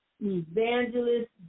evangelist